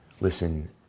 Listen